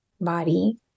body